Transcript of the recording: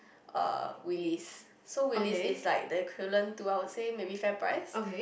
uh willies so willies is like the equivalent to I would say maybe fair price